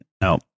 No